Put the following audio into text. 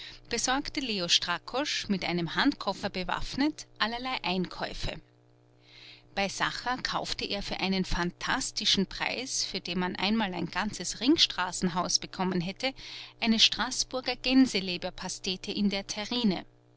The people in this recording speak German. besorgte leo strakosch mit einem handkoffer bewaffnet allerlei einkäufe bei sacher kaufte er für einen phantastischen preis für den man einmal ein ganzes ringstraßenhaus bekommen hätte eine straßburger gänseleberpastete in der terrine